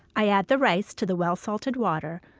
i add the rice to the well-salted water,